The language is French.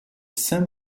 saint